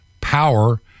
power